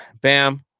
Bam